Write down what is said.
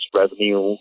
revenue